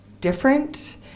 different